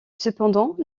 cependant